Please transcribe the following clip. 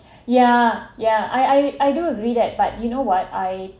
yeah yeah I I I do agree that part you know what I